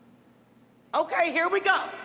okay. here we go.